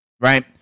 right